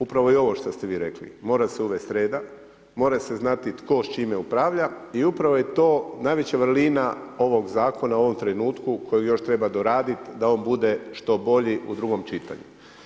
Upravo i ovo što ste vi rekli, mora se uvesti reda, mora se znati tko s čime upravlja i upravo je to najveća vrlina ovoga zakona u ovom trenutku kojeg još treba doraditi da on bude što bolji u drugom čitanju.